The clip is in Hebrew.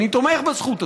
אני תומך בזכות הזאת,